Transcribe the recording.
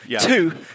two